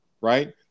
right